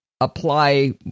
apply